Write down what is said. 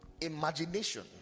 imagination